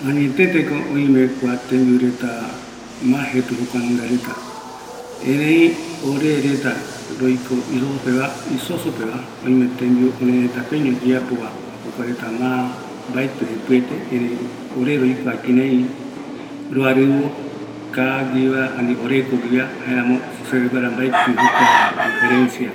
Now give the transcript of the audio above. Añeteteko oime kua tembiu reta jepɨva jokua nunga reta, erei orereta roiko isoso peva, oime tembiu örëreta peño oyeapo va, jokuareta mbaetɨ jepɨete, erei ore roikua roarɨvo kaa guiva, ani oreko guiva, jaramo seveguara mbaetɨ jokua oyoavɨ